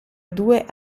due